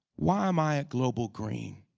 why am i at global green?